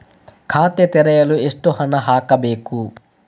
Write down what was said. ಖಾತೆ ತೆರೆಯಲು ಎಷ್ಟು ಹಣ ಹಾಕಬೇಕು?